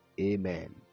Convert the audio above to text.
Amen